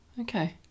Okay